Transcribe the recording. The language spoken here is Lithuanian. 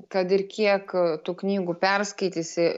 kad ir kiek tų knygų perskaitysi